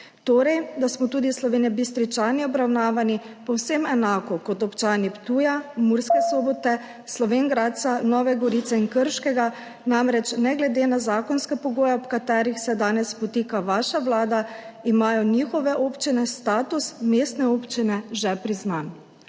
torej da smo tudi Slovenjebistričani obravnavani povsem enako kot občani Ptuja, Murske Sobote, Slovenj Gradca, Nove Gorice in Krškega. Namreč ne glede na zakonske pogoje, ob katere se danes podtika vaša vlada, imajo njihove občine status mestne občine že priznan.